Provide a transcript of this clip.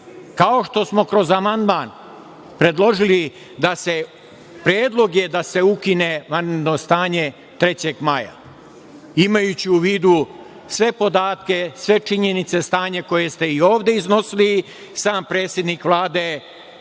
kao što smo kroz amandman predložili da se ukine vanredno stanje 3. maja, imajući u vidu sve podatke, sve činjenice, stanje koje ste i ovde iznosili. Sam predsednik Vlade